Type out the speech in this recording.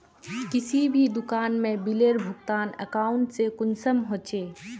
किसी भी दुकान में बिलेर भुगतान अकाउंट से कुंसम होचे?